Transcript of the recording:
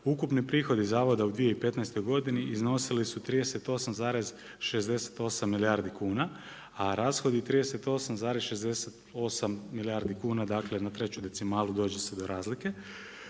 ukupni prihodi zavoda u 2015. godini iznosili su 38,68 milijardi kuna, a rashodi 38,68 milijardi kuna dakle na treću decimalu dođe se do razlike.